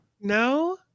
no